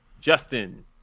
Justin